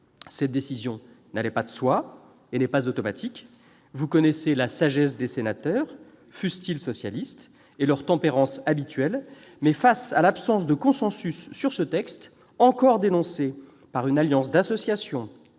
Cette décision n'allait pas de soi et n'est pas automatique : vous connaissez la sagesse des sénateurs, fussent-ils socialistes, et leur habituelle tempérance. Toutefois, face à l'absence de consensus sur ce texte, encore dénoncé par une alliance d'associations,